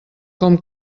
com